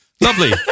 lovely